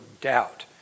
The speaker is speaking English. doubt